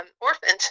orphaned